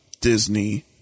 Disney